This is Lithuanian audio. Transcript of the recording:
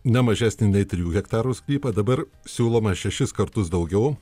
ne mažesnį nei trijų hektarų sklypą dabar siūloma šešis kartus daugiau